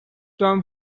tom